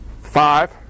five